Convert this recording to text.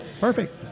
Perfect